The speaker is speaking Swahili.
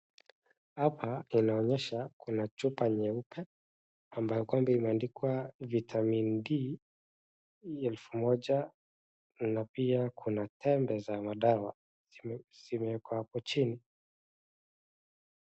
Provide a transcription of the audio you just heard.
Hapa kuonyesha kuna chupa nyeupe, ambayo kwamba imeandikwa vitamin D elfu moja na pia kuna tembe za madawa zimewekwa hapo chini.